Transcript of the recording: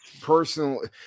personally